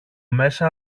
μέσα